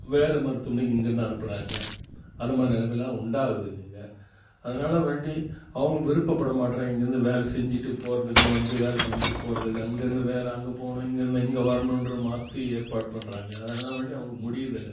வேறே மருத்துவமனைக்கு இங்கேருந்து அனுப்புகிறாங்க அதை மாதிரி நிலமைலாம் உண்டாக்குது இங்கேங்க அதனால் வேண்டி அவங்க விருப்பப்படமாட்டுறாங்க இங்கேயிருந்து வேலை செஞ்சுட்டு போகிறதுக்கு வந்து வேலை செஞ்சுட்டு போகிறதுக்கு அங்கேயிருந்து வேறே அங்கே போகணும் இங்கேயிருந்து இங்கே வரணுன்றத மாற்றி ஏற்பாடு பண்ணுறாங்க அதனால் வேண்டி அவங்களுக்கு முடியிறதில்லை